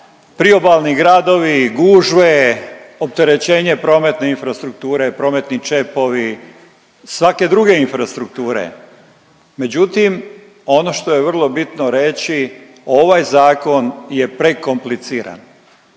priobalni gradovi, gužve, opterećenje prometne infrastrukture, prometni čepovi, svake druge infrastrukture, međutim, ono što je vrlo bitno reći, ovaj Zakon je prekompliciran.